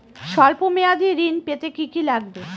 সল্প মেয়াদী ঋণ পেতে কি কি লাগবে?